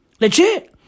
Legit